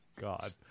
god